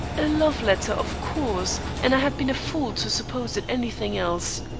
a love-letter of course and i had been a fool to suppose it any thing else.